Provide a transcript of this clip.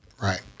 Right